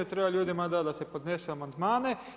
Treba ljudima dati da se podnosu amandmane.